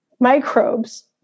Microbes